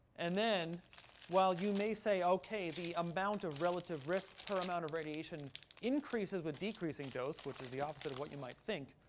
and then while you may say, ok, the amount of relative risk per amount of radiation increases with decreasing dose, which is the opposite of what you might think,